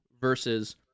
versus